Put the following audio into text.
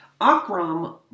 Akram